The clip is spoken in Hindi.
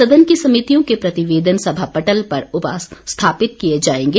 सदन की समितियों के प्रतिवेदन सभा पटल पर उपस्थापित किए जाएंगे